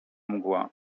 mgła